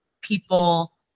people